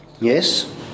Yes